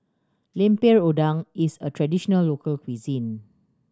Lemper Udang is a traditional local cuisine